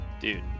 dude